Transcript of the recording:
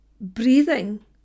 breathing